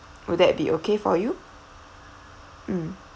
would that be okay for you mm